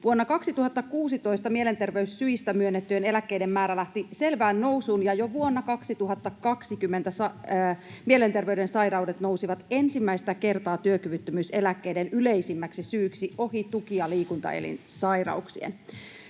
Vuonna 2016 mielenterveyssyistä myönnettyjen eläkkeiden määrä lähti selvään nousuun, ja jo vuonna 2020 mielenterveyden sairaudet nousivat ensimmäistä kertaa työkyvyttömyyseläkkeiden yleisimmäksi syyksi ohi tuki- ja liikuntaelinsairauksien.